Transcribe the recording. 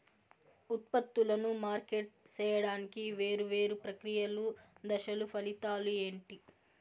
ఉత్పత్తులను మార్కెట్ సేయడానికి వేరువేరు ప్రక్రియలు దశలు ఫలితాలు ఏంటి?